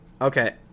Okay